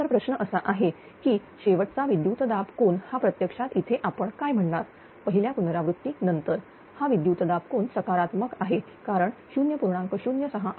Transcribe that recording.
तर प्रश्न असा आहे की शेवटचा विद्युतदाब कोन हा प्रत्यक्षात इथे आपण काय म्हणणार पहिल्या पुनरावृत्ती नंतर हा विद्युतदाब कोन सकारात्मक आहे कारण 0